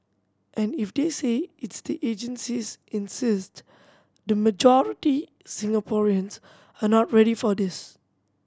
and if they say its the agencies insist the majority Singaporeans are not ready for this